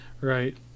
Right